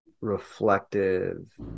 reflective